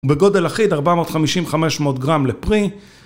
בגודל אחיד 450-500 גרם לפרי.